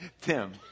Tim